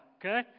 Okay